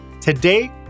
Today